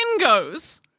goes